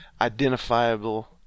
identifiable